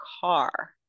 car